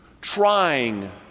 trying